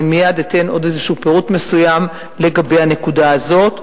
אני מייד אתן עוד איזשהו פירוט מסוים לגבי הנקודה הזאת.